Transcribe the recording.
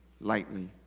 lightly